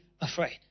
afraid